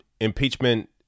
impeachment